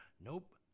Nope